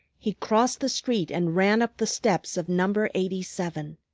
he crossed the street and ran up the steps of number eighty seven.